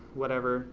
whatever